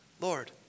Lord